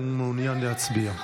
והוא מעוניין להצביע?